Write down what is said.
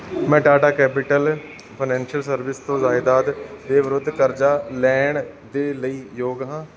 ਮੈਂ Tata capital financial service ਤੋਂ ਜਾਇਦਾਦ ਦੇ ਵਿਰੁੱਧ ਕਰਜ਼ਾ ਲੈਣ ਦੇ ਲਈ ਯੋਗ ਹਾਂ